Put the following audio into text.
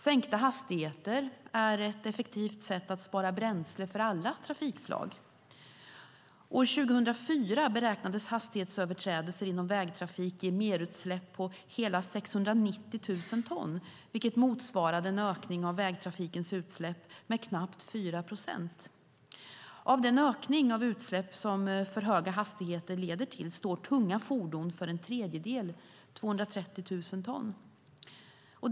Sänkta hastigheter är ett effektivt sätt för alla trafikslag att spara bränsle. År 2004 beräknades hastighetsöverträdelser inom vägtrafik ge merutsläpp på hela 690 000 ton, vilket motsvarade en ökning av vägtrafikens utsläpp med knappt 4 procent. Av den ökning av utsläpp som för höga hastigheter leder till står tunga fordon för en tredjedel, 230 000 ton.